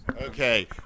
Okay